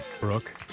brooke